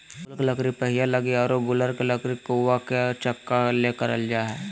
बबूल के लकड़ी पहिया लगी आरो गूलर के लकड़ी कुआ के चकका ले करल जा हइ